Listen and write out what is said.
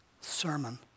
sermon